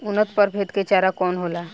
उन्नत प्रभेद के चारा कौन होला?